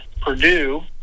Purdue